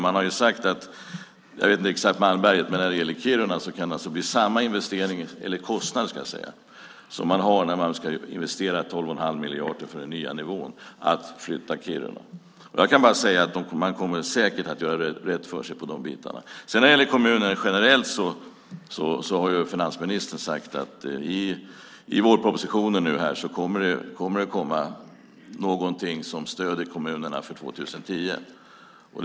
Man har sagt att det kan bli samma kostnad för att flytta Kiruna som när man ska investera 12 1⁄2 miljard för den nya nivån. Man kommer säkert att göra rätt för sig. När det gäller kommuner generellt har finansministern sagt att det i vårpropositionen kommer något som stöder kommunerna 2010.